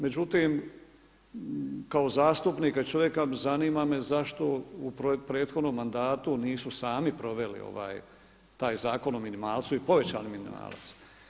Međutim, kao zastupnika, čovjeka zanima me zašto u prethodnom mandatu nisu sami proveli taj Zakon o minimalcu i povećali minimalac.